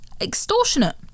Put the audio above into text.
extortionate